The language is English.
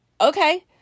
okay